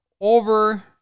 over